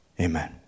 Amen